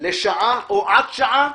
לשעה או עד שעה